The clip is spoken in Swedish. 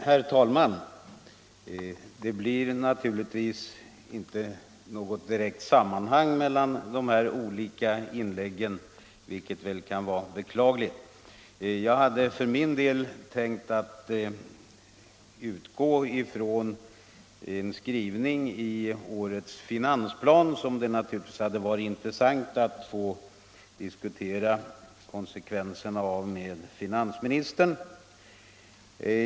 Herr talman! Det blir naturligtvis inte något direkt samband mellan de här olika inläggen, vilket kan vara beklagligt. Jag hade för min del tänkt utgå ifrån en skrivning i årets finansplan vars konsekvenser det hade varit intressant att få diskutera med finansministern.